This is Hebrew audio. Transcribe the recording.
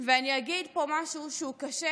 ואני אגיד פה משהו שהוא קשה,